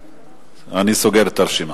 ואני סוגר את הרשימה.